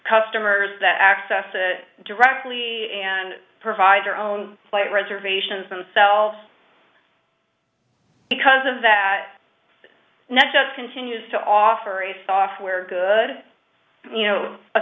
customers that access it directly and provide their own slate reservations themselves because of that not just continues to offer a software good you know